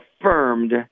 affirmed